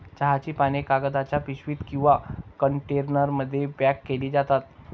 चहाची पाने कागदाच्या पिशवीत किंवा कंटेनरमध्ये पॅक केली जातात